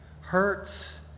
hurts